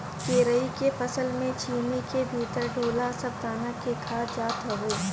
केराई के फसल में छीमी के भीतर ढोला सब दाना के खा जात हवे